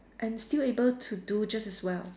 and still able to do just as well